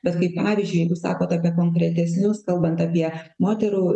bet kaip pavyzdžiui jeigu sakot apie konkretesnius kalbant apie moterų